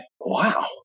wow